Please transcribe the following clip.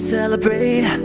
Celebrate